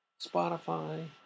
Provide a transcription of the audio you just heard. Spotify